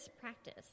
practice